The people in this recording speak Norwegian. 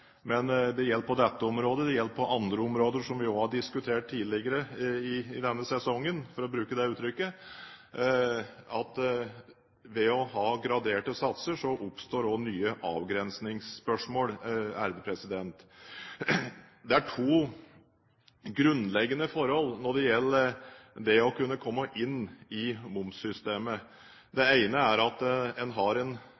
Det gjelder på dette området, og det gjelder på andre områder, som vi også har diskutert tidligere i denne sesongen – for å bruke det uttrykket – at ved å ha graderte satser oppstår det nye avgrensningsspørsmål. Det er to grunnleggende forhold når det gjelder å komme inn i momssystemet.